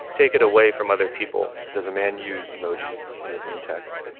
take it away from other people does a man use emojis when he texts?